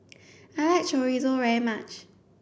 I like Chorizo very much